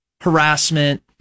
harassment